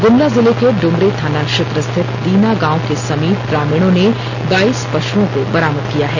ग्मला जिले के इमरी थाना क्षेत्र स्थित दीना गांव के समीप ग्रामीणों ने बाईस पशुओं को बरामद किया है